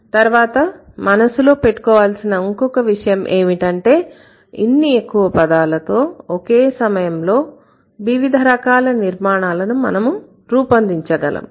తర్వాత మనసులో పెట్టుకోవాల్సిన ఇంకొక విషయం ఏంటంటే ఇన్ని ఎక్కువ పదాలతో ఒకే సమయంలో వివిధ రకాల నిర్మాణాలను మనం రూపొందించగలము